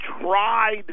tried